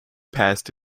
passed